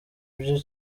bye